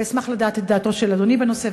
אשמח לדעת את דעתו של אדוני בנושא,